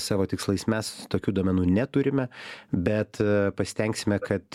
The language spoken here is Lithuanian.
savo tikslais mes tokių duomenų neturime bet pasistengsime kad